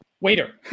waiter